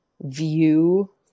view